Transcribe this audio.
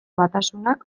batasunak